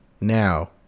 now